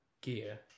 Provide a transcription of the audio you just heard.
gear